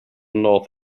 north